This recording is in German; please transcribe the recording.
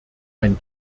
ein